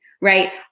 Right